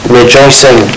rejoicing